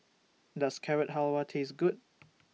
Does Carrot Halwa Taste Good